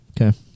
Okay